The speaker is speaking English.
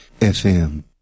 FM